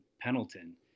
Pendleton